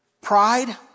Pride